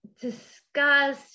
discuss